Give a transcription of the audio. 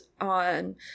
on